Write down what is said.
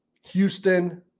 Houston